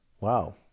Wow